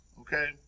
okay